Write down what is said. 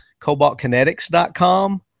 CobaltKinetics.com